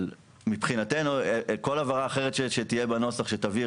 אבל מבחינתנו כל הבהרה אחרת שתהיה בנוסח שתבהיר